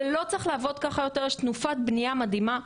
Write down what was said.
ולא צריך לעבוד ככה יותר, יש תנופת בניה מדהימה.